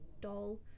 doll